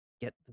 get